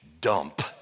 dump